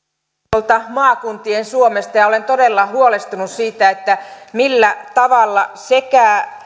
tuolta maakuntien suomesta ja olen todella huolestunut siitä millä tavalla sekä